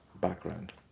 background